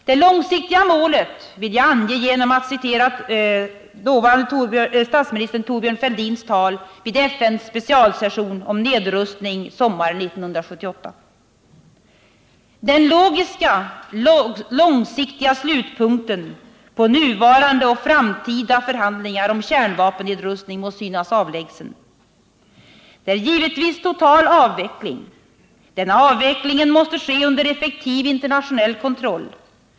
Det långsiktiga målet vill jag ange genom att citera dåvarande statsministern Thorbjörn Fälldins tal vid FN:s specialsession om nedrustning sommaren 1978: ”Den logiska , långsiktiga slutpunkten på nuvarande och framtida förhandlingar om kärnvapennedrustning må synas avlägsen. Det är givetvis total avveckling. Denna avveckling måste ske under effektiv internationell kontroll.